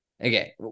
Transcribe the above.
Okay